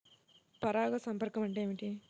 పరాగ సంపర్కం అంటే ఏమిటి?